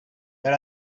that